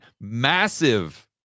massive